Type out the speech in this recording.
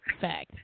fact